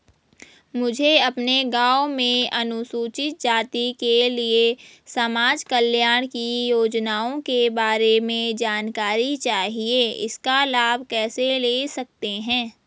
मुझे अपने गाँव में अनुसूचित जाति के लिए समाज कल्याण की योजनाओं के बारे में जानकारी चाहिए इसका लाभ कैसे ले सकते हैं?